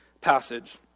passage